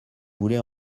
voulez